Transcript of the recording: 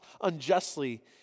unjustly